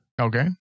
Okay